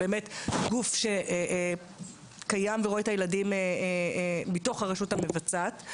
באמת גוף שקיים ויראה את הילדים מתוך הרשות המבצעת.